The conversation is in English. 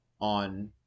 on